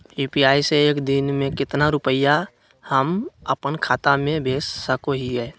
UPI से एक दिन में कितना रुपैया हम अपन खाता से भेज सको हियय?